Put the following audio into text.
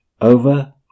Over